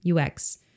UX